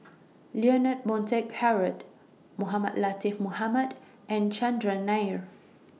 Leonard Montague Harrod Mohamed Latiff Mohamed and Chandran Nair